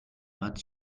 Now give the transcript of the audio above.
but